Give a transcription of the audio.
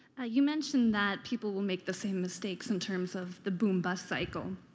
ah you mentioned that people will make the same mistakes in terms of the boom-bust cycle,